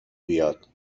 بیاد